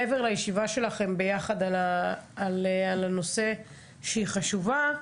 מעבר לישיבה שלכם ביחד על הנושא שהיא חשובה,